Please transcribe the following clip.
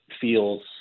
feels